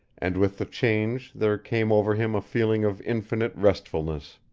and with the change there came over him a feeling of infinite restfulness.